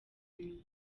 nyuma